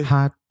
Hot